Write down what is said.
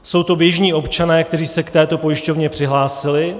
Jsou to běžní občané, kteří se k této pojišťovně přihlásili.